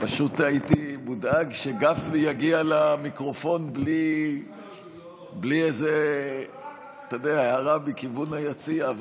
פשוט הייתי מודאג שגפני יגיע למיקרופון בלי איזו הערה מכיוון היציע,